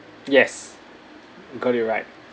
yes you got it right